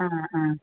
ആ ആ